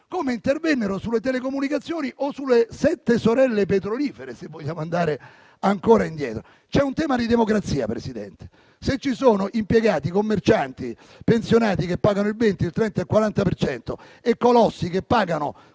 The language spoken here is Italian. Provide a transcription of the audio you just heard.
intervennero sulle telecomunicazioni o sulle sette sorelle petrolifere, se vogliamo andare ancora indietro. C'è un tema di democrazia: se ci sono impiegati, commercianti e pensionati che pagano il 20, il 30, il 40 per cento e colossi